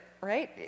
right